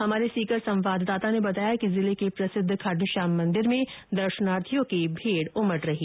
हमारे सीकर संवाददाता ने बताया कि जिले के प्रसिद्व खाटूश्याम मंदिर में दर्शनार्थियों की भीड रही